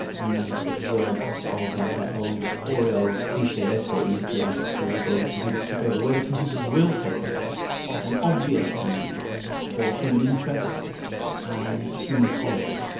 ah in the sort of words of ah that hoary old cliched essay we used to write at school, the day the computers took over, whether computers will take over and obviate the need for human interest and human quality.